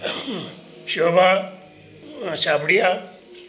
Shobha Chhabria